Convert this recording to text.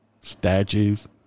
statues